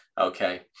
okay